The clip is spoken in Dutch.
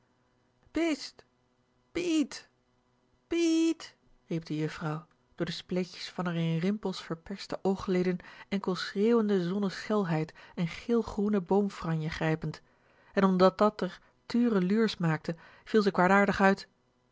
pie ie iet riep de juffrouw door de spleetjes van r in rimpels verperste oogleden enkel schreeuwende zonne schelheid en geel groene boomfranje grijpend en omdat dat r tureluursch maakte viel ze kwaadaardig uit